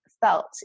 felt